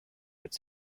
its